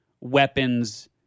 weapons